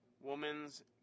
Woman's